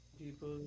People